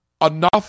enough